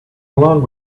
along